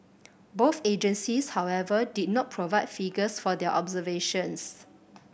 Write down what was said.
both agencies however did not provide figures for their observations